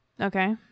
Okay